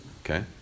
Okay